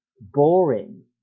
boring